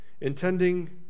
intending